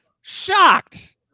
Shocked